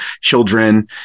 children